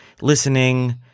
listening